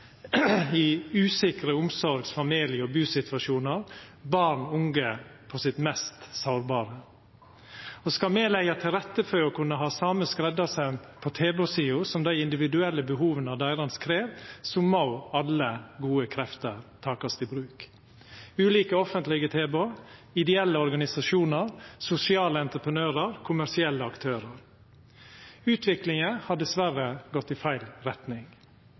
i usikre omsorgs-, familie- og busituasjonar – born og unge på sitt mest sårbare. Skal me leggja til rette for å kunna ha same skreddarsaumen på tilbodssida som det dei individuelle behova deira krev, må alle gode krefter takast i bruk: ulike offentlege tilbod, ideelle organisasjonar, sosiale entreprenørar og kommersielle aktørar. Utviklinga har dessverre gått i feil retning.